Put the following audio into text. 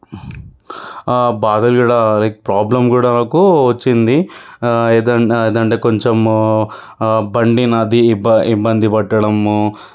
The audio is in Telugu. బాధ కూడా ప్రాబ్లమ్ కూడా నాకు వచ్చింది ఏద ఏదంటే కొంచెము బండి నాది ఇబ్బ ఇబ్బంది పెట్టడము